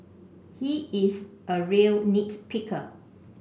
he is a real nit picker